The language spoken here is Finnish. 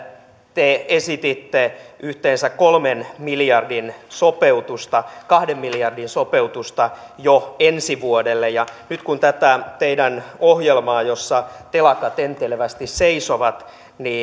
te esititte yhteensä kolmen miljardin sopeutusta kahden miljardin sopeutusta jo ensi vuodelle ja nyt kun tätä teidän ohjelmaanne jossa telakat enteilevästi seisovat